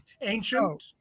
Ancient